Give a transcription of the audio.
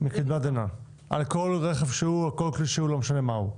על כל רכב שהוא, על כביש שהוא, לא משנה מה הוא.